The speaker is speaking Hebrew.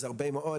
ואלו הרבה מאוד,